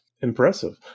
Impressive